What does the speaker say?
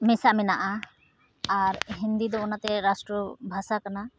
ᱢᱮᱥᱟ ᱢᱮᱱᱟᱜᱼᱟ ᱟᱨ ᱦᱤᱱᱫᱤᱫᱚ ᱚᱱᱟᱛᱮ ᱨᱟᱥᱴᱨᱚ ᱵᱷᱟᱥᱟ ᱠᱟᱱᱟ